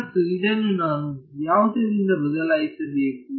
ಮತ್ತು ಇದನ್ನು ನಾನು ಯಾವುದರಿಂದ ಬದಲಾಯಿಸಬೇಕು